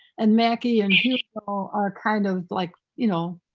and mackie and hugo are kind of like, you know,